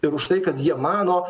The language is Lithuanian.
ir už tai kad jie mano